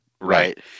right